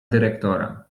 dyrektora